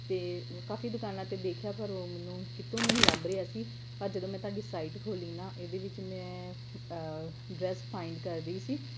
ਅਤੇ ਕਾਫੀ ਦੁਕਾਨਾਂ 'ਤੇ ਦੇਖਿਆ ਪਰ ਉਹ ਮੈਨੂੰ ਕਿਤੋਂ ਨਹੀਂ ਲੱਭ ਰਿਹਾ ਸੀ ਪਰ ਜਦੋਂ ਮੈਂ ਤੁਹਾਡੀ ਸਾਈਟ ਖੋਲ੍ਹੀ ਨਾ ਇਹਦੇ ਵਿੱਚ ਮੈਂ ਡਰੈੱਸ ਫਾਇੰਡ ਕਰ ਰਹੀ ਸੀ